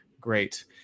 great